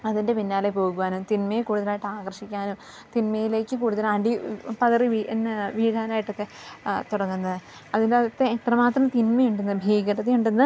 അതിൻ്റെ പിന്നാലെ പോകുവാനും തിന്മയെ കൂടുതലായിട്ട് ആകർഷിക്കാനും തിന്മയിലേക്ക് കൂടുതൽ അടിപതറി വീഴാനായിട്ടൊക്കെ തുടങ്ങുന്നത് അതിൻ്റകത്ത് എത്ര മാത്രം തിന്മയുണ്ടെന്ന് ഭീകരതയുണ്ടെന്ന്